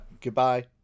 Goodbye